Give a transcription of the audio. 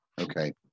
Okay